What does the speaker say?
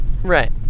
Right